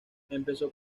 empezó